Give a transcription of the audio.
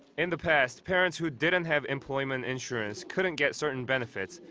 in the past, parents who didn't have employment insurance couldn't get certain benefits,